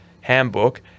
Handbook